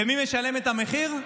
ומי משלם את המחיר?